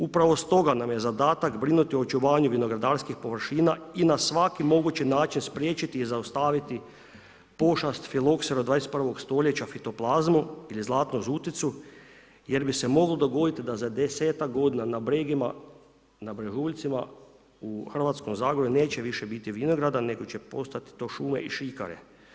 Upravo stoga nam je zadatak brinuti o očuvanju vinogradarskih površina i na svaki mogući način spriječiti i zaustaviti pošast ... 21. stoljeća fitoplazmu ili zlatnu žuticu jer bi se moglo dogoditi da za 10ak godina na brežuljcima u hrvatskom Zagorju neće više biti vinograda, nego će postojati to šume i šikare.